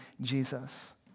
Jesus